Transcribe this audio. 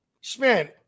Sven